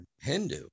Hindu